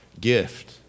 gift